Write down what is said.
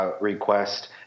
Request